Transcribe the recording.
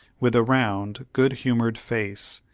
with a round, good-humoured face,